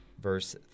verse